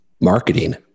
Marketing